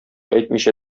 әйтмичә